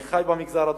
אני חי במגזר הדרוזי,